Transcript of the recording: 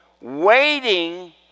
waiting